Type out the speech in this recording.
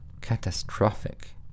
catastrophic